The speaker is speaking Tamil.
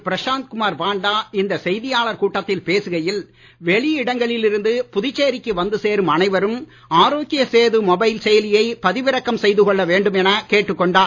பிரசாந்த் குமார் பாண்டா இந்த செய்தியாளர் கூட்டத்தில் பேசுகையில் வெளி இடங்களில் இருந்து புதுச்சேரி வந்து சேரும் அனைவரும் ஆரோக்ய சேது மொபைல் செயலியை பதிவிறக்கம் செய்து கொள்ள வேண்டும் என கேட்டுக் கொண்டார்